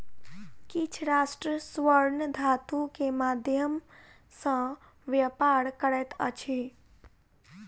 किछ राष्ट्र स्वर्ण धातु के माध्यम सॅ व्यापार करैत अछि